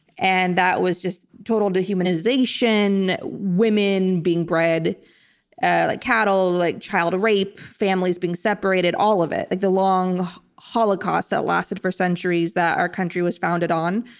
and that was just total dehumanization, women being bred like cattle, like child rape, rape, families being separated, all of it. like the long holocaust that lasted for centuries that our country was founded on.